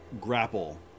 grapple